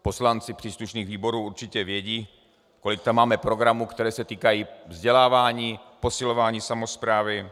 Poslanci příslušných výborů určitě vědí, kolik tam máme programů, které se týkají vzdělávání, posilování samosprávy.